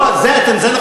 לא, זה נכון.